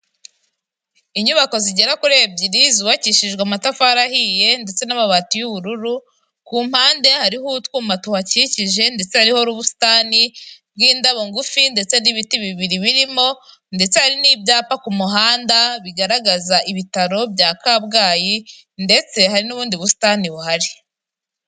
Inyubako zigera kuri ebyiri zubakishijwe amatafari ahiye ndetse n'amabati y'ubururu, ku mpande hariho utwuma tuhakikije, ndetse hariho n'ubusitani bw'indabo ngufi, ndetse n'ibiti bibiri birimo, ndetse hari n'ibyapa ku muhanda bigaragaza ibitaro bya Kabgayi ndetse hari n'ubundi busitani buhari.